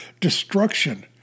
destruction